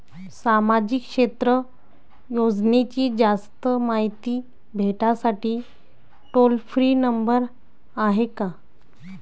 सामाजिक क्षेत्र योजनेची जास्त मायती भेटासाठी टोल फ्री नंबर हाय का?